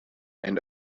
and